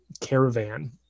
caravan